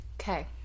Okay